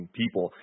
people